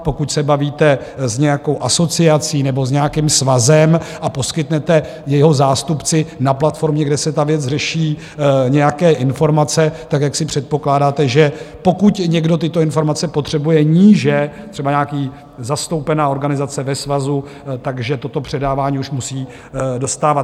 Pokud se bavíte s nějakou asociací nebo s nějakým svazem a poskytnete jeho zástupci na platformě, kde se ta věc řeší, nějaké informace, jaksi předpokládáte, že pokud někdo tyto informace potřebuje níže, třeba nějaký zastoupená organizace ve svazu tak že toto předávání už musí dostávat.